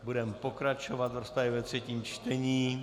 Budeme pokračovat v rozpravě ve třetím čtení.